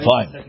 Fine